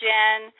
Jen